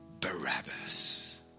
Barabbas